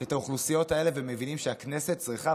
את האוכלוסיות האלה ומבינים שהכנסת צריכה,